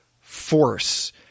force